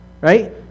right